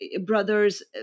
brothers